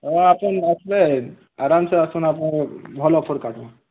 ହଁ ଆପଣ ଆସ୍ବେ ଆରାମ୍ସେ ଆସୁନ୍ ଆପଣ ଭଲ୍ ଅଫର୍ କାଟ୍ମୁ